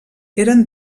eren